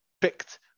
picked